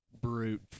brute